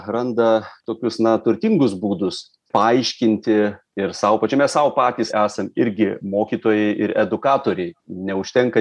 randa tokius na turtingus būdus paaiškinti ir sau pačiame sau patys esam irgi mokytojai ir edukatoriai neužtenka